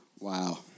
Wow